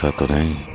today.